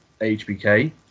HBK